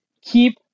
keep